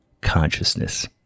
consciousness